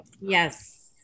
Yes